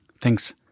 Thanks